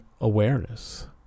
awareness